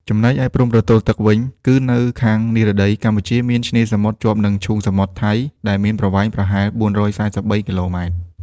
ចំណែកឯព្រំប្រទល់ទឹកវិញ គឺនៅខាងនិរតី កម្ពុជាមានឆ្នេរសមុទ្រជាប់នឹងឈូងសមុទ្រថៃ ដែលមានប្រវែងប្រហែល ៤៤៣ គីឡូម៉ែត្រ។